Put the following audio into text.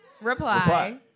Reply